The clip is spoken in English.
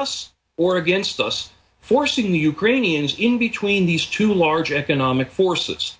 us or against us forcing ukrainians in between these two large economic forces